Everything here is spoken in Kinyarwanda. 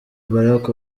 barack